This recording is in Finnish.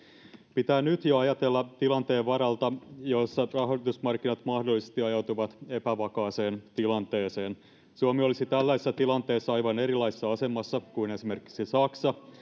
pitää nyt jo ajatella tilanteen varalta jossa rahoitusmarkkinat mahdollisesti ajautuvat epävakaaseen tilanteeseen suomi olisi tällaisessa tilanteessa aivan erilaisessa asemassa kuin esimerkiksi saksa